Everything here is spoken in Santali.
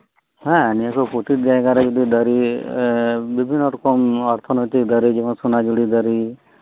ᱦᱮᱸ ᱱᱤᱭᱟᱹᱠᱩ ᱯᱚᱛᱤᱛ ᱡᱟᱭᱜᱟ ᱨᱮ ᱡᱚᱫᱤ ᱫᱟᱨᱤ ᱵᱤᱵᱷᱤᱱᱱᱚ ᱨᱚᱠᱚᱢ ᱚᱨᱛᱷᱚ ᱱᱚᱭᱛᱤᱠ ᱫᱟᱨᱤ ᱡᱮᱢᱚᱱ ᱥᱚᱱᱟᱡᱩᱨᱤ ᱫᱟᱨᱤ